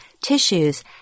tissues